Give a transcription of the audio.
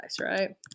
right